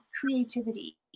creativity